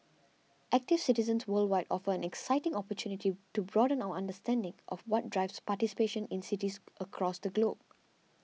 active citizens worldwide offers an exciting opportunity to broaden our understanding of what drives participation in cities across the globe